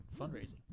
fundraising